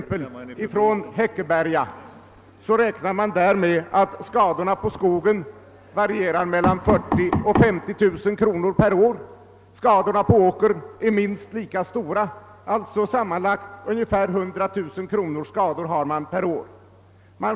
I Häckeberga beräknas skadorna på skogen till mellan 40 000 och 50 000 kronor per år. Skadorna på åkern är minst lika stora. Det gör sammanlagt 100 000 kronor per år.